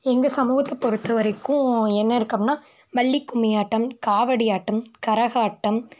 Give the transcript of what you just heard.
எங்கள் சமூகத்தை பொறுத்த வரைக்கும் என்ன இருக்குது அப்படின்னா வள்ளி கும்மி ஆட்டம் காவடி ஆட்டம் கரகாட்டம்